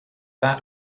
that